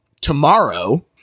Tomorrow